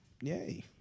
Yay